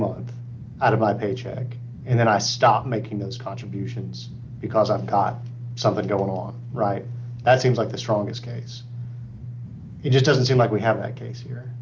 month out of my paycheck and then i stop making those contributions because i've got something going on right that seems like the strongest case it doesn't seem like we have a case here